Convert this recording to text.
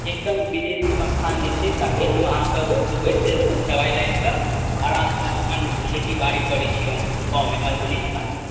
एकदम विदेशी मखान जे छै ताकि हम अहाँके दुबई से हवाइ लाइनसँ आरामसँ मखान खेती बाड़ी करय छी हम गाँवमे मधुबनी जिलामे